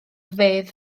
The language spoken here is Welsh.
fedd